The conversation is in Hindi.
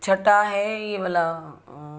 छटा है ई वाला